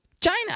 China